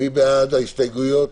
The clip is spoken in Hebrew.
מי בעד ההסתייגות?